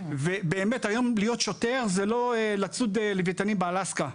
היום להיות שוטר, זה לא לצוד לווייתנים באלסקה,